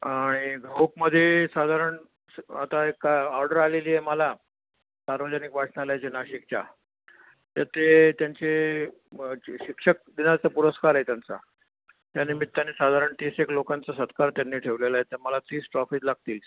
आणि घाऊकमध्ये साधारण आता एक काय ऑर्डर आलेली आहे मला सार्वजनिक वाचनालयाचे नाशिकच्या तर ते त्यांचे शिक्षक दिनाचं पुरस्कार आहे त्यांचा त्यानिमित्ताने साधारण तीस एक लोकांचा सत्कार त्यांनी ठेवलेला आहे तर मला तीस ट्रॉफीज लागतील